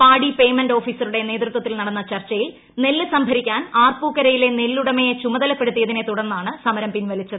paddy payment ഓഫീസറുടെ നേതൃത്വത്തിൽ നടന്ന ചർച്ചയിൽ നെല്ല് സ്ംഭരിക്കാൻ ആർപ്പൂക്കരയിലെ നെല്ലുടമയെ ചുമതലപ്പെടുത്തിയതിനെ തുടർന്നാണ് സമരം പിൻവലിച്ചത്